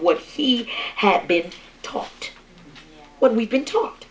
what he had been taught what we've been taught